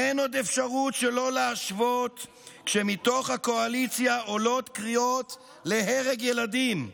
אין עוד אפשרות שלא להשוות כשמתוך הקואליציה עולות קריאות להרג ילדים,